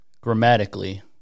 grammatically